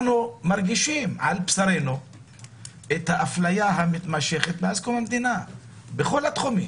אנחנו מרגישים על בשרנו את האפליה המתמשכת מאז קום המדינה בכל התחומים.